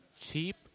Cheap